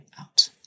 out